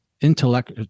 intellect